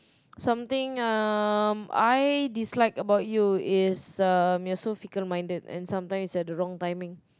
something um I dislike about you is um you're so fickle minded and sometimes at the wrong timing